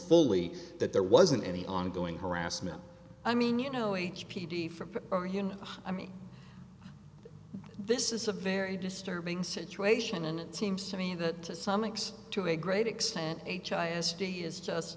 fully that there wasn't any ongoing harassment i mean you know h p d from i mean this is a very disturbing situation and it seems to me that to some extent to a great extent h i s d is just